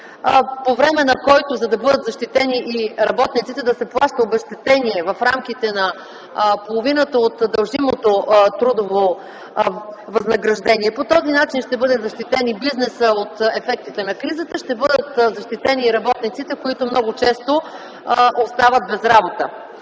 по време на който да бъдат защитени работниците, да се плаща обезщетение в рамките на половината от дължимото трудово възнаграждение. По този начин ще бъде защитен и бизнесът от ефектите на кризата, ще бъдат защитени и работниците, които много често остават без работа.